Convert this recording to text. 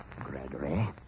Gregory